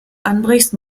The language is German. anbrichst